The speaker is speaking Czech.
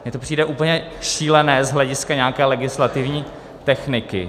Mně to přijde úplně šílené z hlediska nějaké legislativní techniky.